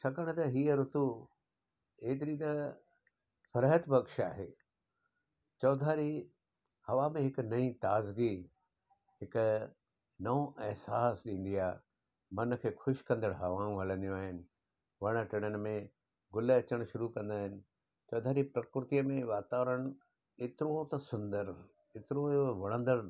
छाकाणि त हीअं ऋतु हेतिरी त राहत बख़्श आहे चौधारी हवा में हिकु नई ताज़गी हिकु नओं अहिसासु ॾींदी आहे मन खे ख़ुशि कंदड़ु हवाऊं हलंदियूं आहिनि वण टिणनि में ग़ुल अचण शुरू कंदा आहिनि चौधारी प्रकृति में वातावरण एतिरो त सुंदर एतिरो वणंदड़ु